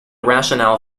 rationale